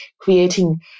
creating